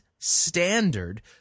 standard